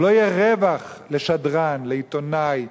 שלא יהיה רווח לשדרן, לעיתונאי,